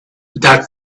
that